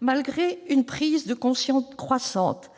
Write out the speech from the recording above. Malgré une prise de conscience croissante,